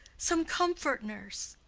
some comfort, nurse.